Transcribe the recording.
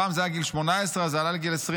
פעם זה היה בגיל 18, וזה עלה לגיל 21,